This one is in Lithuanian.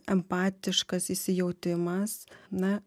empatiškas įsijautimas na